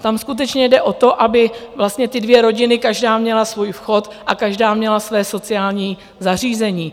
Tam skutečně jde o to, aby vlastně ty dvě rodiny každá měla svůj vchod a každá měla své sociální zařízení.